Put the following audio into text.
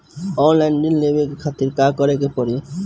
Online ऋण लेवे के खातिर का करे के पड़ी?